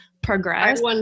progress